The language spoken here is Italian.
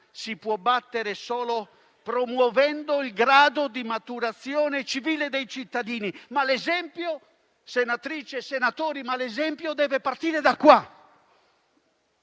si può battere solo promuovendo il grado di maturazione civile dei cittadini. L'esempio, però, senatrici e senatori, deve partire da qui,